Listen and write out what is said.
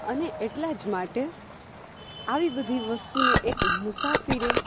અને એટલા જ માટે આ બધી વસ્તુનો એક મુસાફીરે